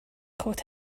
coat